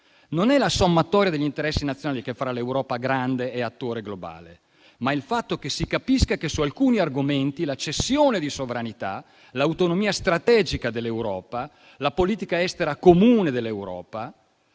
Non è la sommatoria degli interessi nazionali che farà l'Europa grande e attore globale. Ma il fatto che si capisca che alcuni argomenti, come la cessione di sovranità, l'autonomia strategica dell'Europa, la politica estera comune dell'Europa,